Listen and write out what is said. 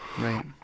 Right